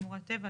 לשמורת טבע,